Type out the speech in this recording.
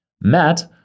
Matt